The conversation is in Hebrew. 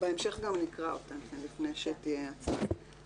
כן, בהמשך גם נקרא אותן לפני שתהיה הצבעה.